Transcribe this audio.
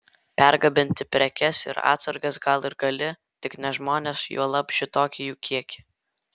pergabenti prekes ir atsargas gal ir gali tik ne žmones juolab šitokį jų kiekį